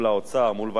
מול ועדת שרים,